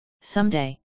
someday